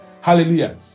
Hallelujah